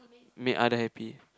make other happy